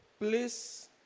please